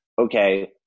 Okay